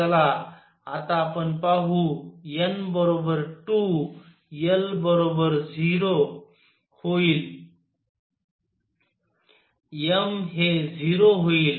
चला आता आपण पाहू n 2 l होईल 0 m हे 0 होईल